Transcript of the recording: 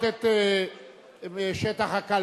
יעקב מרגי,